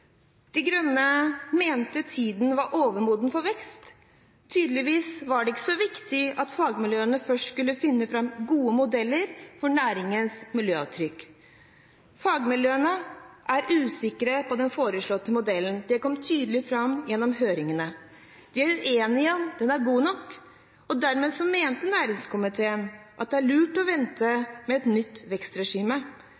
De Grønne mente tiden var overmoden for vekst. Tydeligvis var det ikke så viktig at fagmiljøene først skulle finne fram gode modeller for næringens miljøavtrykk. Fagmiljøene er usikre på den foreslåtte modellen. Det kom tydelig fram gjennom høringene. De er uenige om den er god nok. Derfor mener næringskomiteen at det er lurt å vente med et nytt vekstregime.